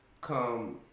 come